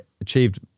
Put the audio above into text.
achieved